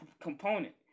component